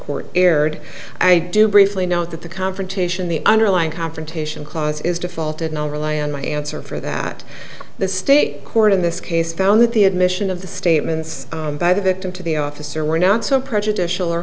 court erred i do briefly note that the confrontation the underlying confrontation clause is defaulted now rely on my answer for that the state court in this case found that the admission of the statements by the victim to the officer were not so prejudicial or